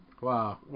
Wow